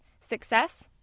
success